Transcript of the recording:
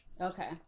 Okay